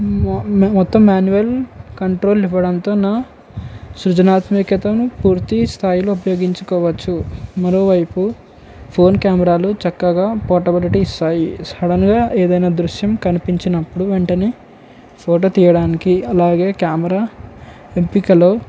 మొత్తం manual control ఇవ్వడంతో నా సృజనాత్మకతను పూర్తి స్థాయిలో ఉపయోగించుకోవచ్చు మరోవైపు ఫోన్ కెమెరాలు చక్కగా పోర్టబిలిటీ ఇస్తాయి సడన్గా ఏదైనా దృశ్యం కనిపించినప్పుడు వెంటనే ఫోటో తీయడానికి అలాగే కెమెరా ఎంపికలో